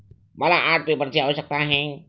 मला आर्ट पेपरची आवश्यकता आहे